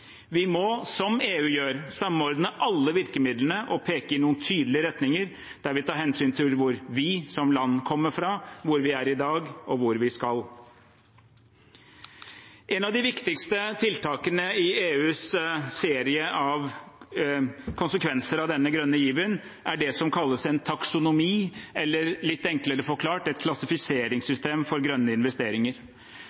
Vi må, som EU gjør, samordne alle virkemidlene og peke i noen tydelige retninger, der vi tar hensyn til hvor vi som land kommer fra, hvor vi er i dag, og hvor vi skal. Et av de viktigste tiltakene i EUs serie av konsekvenser av denne grønne given er det som kalles en taksonomi, eller litt enklere forklart, et